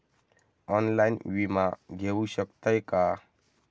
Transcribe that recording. Online विमा घेऊ शकतय का?